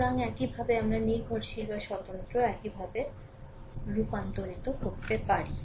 সুতরাং এইভাবে আমরা নির্ভরশীল বা স্বতন্ত্র একই ভাবে রুপান্তরিত করতে পারি